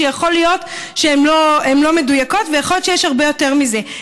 שיכול להיות שהן לא מדויקות ויכול להיות שיש הרבה יותר מזה,